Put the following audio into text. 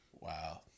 Wow